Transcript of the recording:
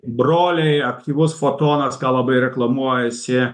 broliai aktyvus fotonas ką labai reklamuojasi